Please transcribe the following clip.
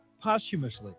posthumously